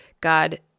God